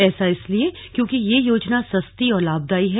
ऐसा इसलिए क्योंकि ये योजना सस्ती और लाभदायी है